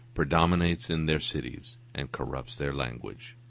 predominates in their cities and corrupts their language.